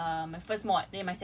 about the same so let's say